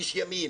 איש ימין.